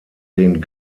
den